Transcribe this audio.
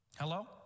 Hello